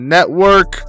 Network